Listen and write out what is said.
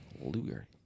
Luger